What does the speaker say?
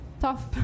tough